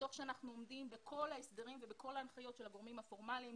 ותוך שאנחנו עומדים בכל ההסדרים ובכל ההנחיות של הגורמים הפורמליים,